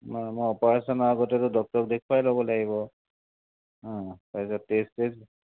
নাই মোৰ অপাৰেচনৰ আগতেতো ডক্তৰক দেখুৱাই ল'ব লাগিব তাৰ পিছত টেষ্ট চেষ্ট